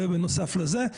ובנוסף לזה,